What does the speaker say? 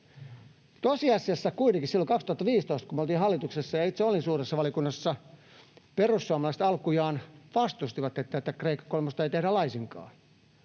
Tosiasiassa kuitenkin silloin 2015, kun me oltiin hallituksessa ja itse olin suuressa valiokunnassa, perussuomalaiset alkujaan vastustivat sitä, että tätä Kreikka kolmosta tehtäisiin laisinkaan.